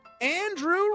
Andrew